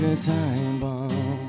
good times yeah